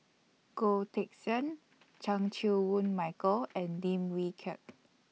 Goh Teck Sian Chan Chew Woon Michael and Dim Wee Kiak